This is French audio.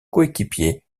coéquipier